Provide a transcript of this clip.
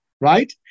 right